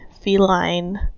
feline